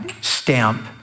stamp